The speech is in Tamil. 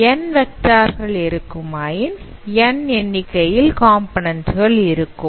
N வெக்டார் கள் இருக்குமாயின் N எண்ணிக்கைகள் இருக்கும்